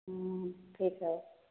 हम्म ठीक है